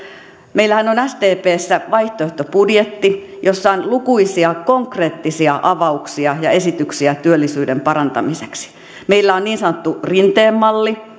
meillähän on sdpssä vaihtoehtobudjetti jossa on lukuisia konkreettisia avauksia ja esityksiä työllisyyden parantamiseksi meillä on niin sanottu rinteen malli